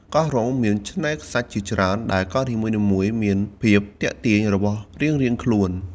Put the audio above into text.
កោះរ៉ុងមានឆ្នេរខ្សាច់ជាច្រើន ដែលកោះនីមួយៗមានភាពទាក់ទាញរបស់រៀងៗខ្លួន។